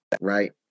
Right